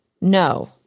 No